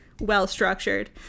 well-structured